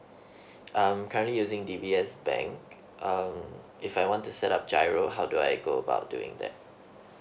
um currently using D_B_S bank um if I want to set up G_I_R_O how do I go about doing that